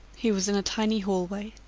he was in a tiny hallway,